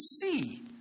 see